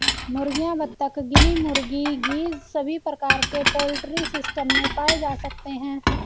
मुर्गियां, बत्तख, गिनी मुर्गी, गीज़ सभी प्रकार के पोल्ट्री सिस्टम में पाए जा सकते है